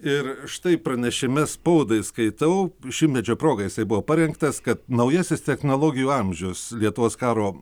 ir štai pranešime spaudai skaitau šimtmečio progai jisai buvo parengtas kad naujasis technologijų amžius lietuvos karo